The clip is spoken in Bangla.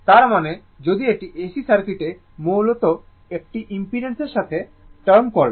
তার মানে যদি একটি AC সার্কিটে মূলত এটি ইম্পিডেন্সের সাথে টার্ম করবে